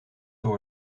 door